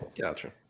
gotcha